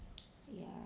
ya